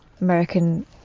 American